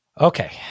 Okay